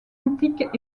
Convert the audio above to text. antiques